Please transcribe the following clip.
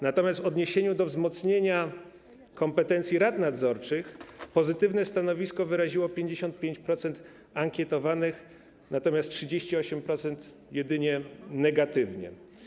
Natomiast w odniesieniu do wzmocnienia kompetencji rad nadzorczych pozytywne stanowisko wyraziło 55% ankietowanych, a jedynie 38% - negatywne.